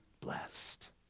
blessed